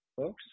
folks